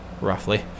Roughly